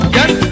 Yes